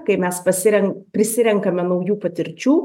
kai mes pasiren prisirenkame naujų patirčių